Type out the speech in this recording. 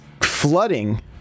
flooding